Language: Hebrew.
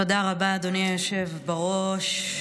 תודה רבה, אדוני היושב בראש.